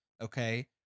Okay